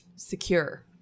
Secure